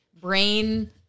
brain